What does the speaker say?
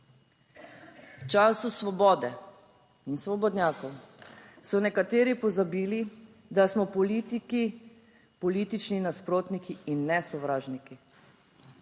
V času Svobode in svobodnjakov so nekateri pozabili, da smo politiki politični nasprotniki in ne sovražniki,